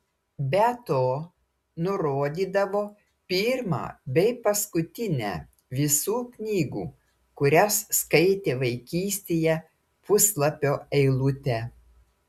be to nurodydavo pirmą bei paskutinę visų knygų kurias skaitė vaikystėje puslapio eilutę